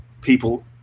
people